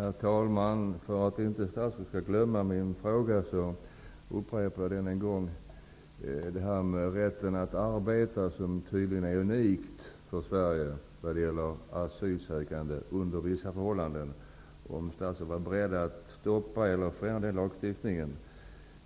Herr talman! För att statsrådet inte skall glömma min fråga upprepar jag den. Beträffande rätten att arbeta, som tydligen är unik för Sverige när det gäller asylsökande under vissa förhållanden, undrade jag om statsrådet var beredd att stoppa detta eller förändra lagstiftningen.